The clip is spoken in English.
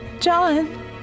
John